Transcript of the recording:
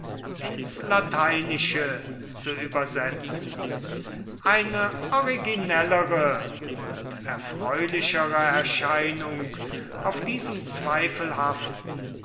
ins lateinische zu übersetzen eine originellere und erfreulichere erscheinung auf diesem zweifelhaften